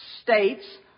states